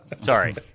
Sorry